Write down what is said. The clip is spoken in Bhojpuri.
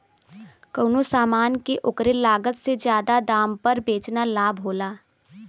कउनो समान के ओकरे लागत से जादा दाम पर बेचना लाभ होला